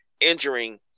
injuring